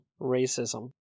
racism